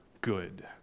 good